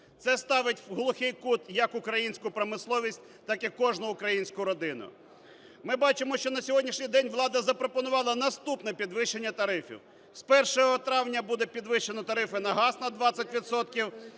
Це ставить в глухий кут як українську промисловість, так і кожну українську родину. Ми бачимо, що на сьогоднішній день влада запропонувала наступне підвищення тарифів: з 1 травня буде підвищено тарифи на газ на 20